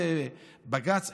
בג"ץ,